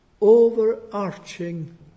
overarching